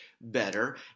better